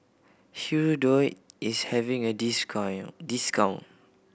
hirudoid is having a discount